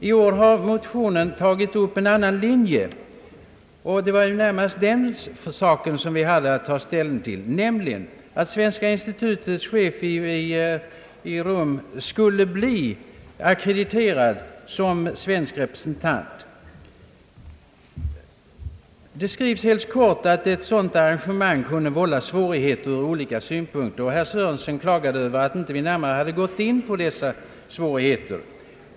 I år har motionen tagit upp en annan linje än föregående år, och det var närmast den saken som vi hade att ta ställning till, nämligen att chefen för Svenska institutet i Rom skulle ackrediteras som svensk representant. Det skrivs helt kort att ett sådant arrangemang skulle vålla svårigheter ur olika synpunkter, och herr Sörenson klagade över att vi inte närmare gått in på dessa svårigheter.